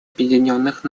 объединенных